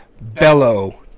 bellow